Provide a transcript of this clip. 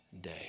day